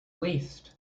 least